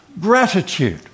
gratitude